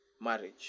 marriage